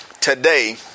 Today